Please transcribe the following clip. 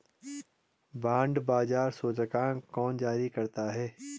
Bond बाजार सूचकांक कौन जारी करता है?